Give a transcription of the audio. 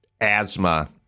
asthma